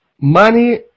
Money